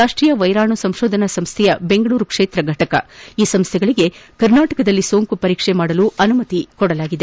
ರಾಷ್ಟೀಯ ವೈರಾಣು ಸಂಶೋಧನಾ ಸಂಸ್ಥೆಯ ಬೆಂಗಳೂರು ಕ್ಷೇತ್ರ ಘಟಕ ಈ ಸಂಸ್ಥೆಗಳಿಗೆ ಕರ್ನಾಟಕದಲ್ಲಿ ಸೋಂಕು ಪರೀಕ್ಷೆ ನಡೆಸಲು ಅನುಮತಿ ನೀಡಲಾಗಿದೆ